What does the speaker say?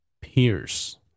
Pierce